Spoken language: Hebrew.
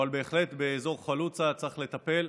אבל בהחלט באזור חלוצה צריך לטפל.